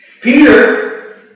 Peter